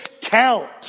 count